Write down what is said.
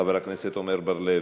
חבר הכנסת עמר בר-לב,